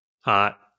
Hot